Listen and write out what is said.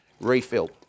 refilled